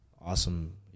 awesome